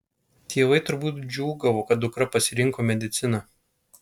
tėvai turbūt džiūgavo kad dukra pasirinko mediciną